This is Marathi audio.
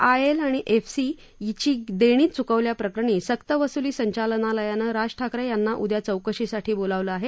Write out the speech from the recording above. आय एल आणि एफ एस ची देणी च्कवल्याप्रकरणी सक्तवसूली संचालनालयानं राज ठाकरे यांना उद्या चौकशीसाठी बोलावलं आहे